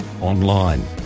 online